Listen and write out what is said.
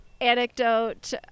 anecdote